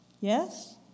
Yes